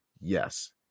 Yes